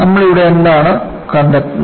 നമ്മൾ ഇവിടെ എന്താണ് കണ്ടെത്തുന്നത്